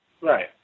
Right